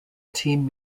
team